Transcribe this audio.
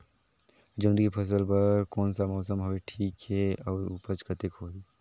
जोंदरी के फसल बर कोन सा मौसम हवे ठीक हे अउर ऊपज कतेक होही?